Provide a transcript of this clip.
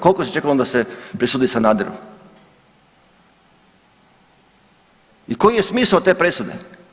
Koliko se čekalo da se presudi Sanaderu i koji je smisao te presude?